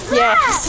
yes